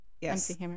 yes